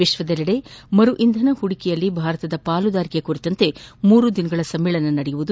ವಿಶ್ವದೆಲ್ಲೆಡೆ ಮರುಇಂಧನ ಹೂಡಿಕೆಯಲ್ಲಿ ಭಾರತದ ಪಾಲುದಾರಿಕೆ ಕುರಿತಂತೆ ಮೂರು ದಿನಗಳ ಸಮ್ಮೇಳನ ನಡೆಯಲಿದೆ